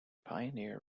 pioneer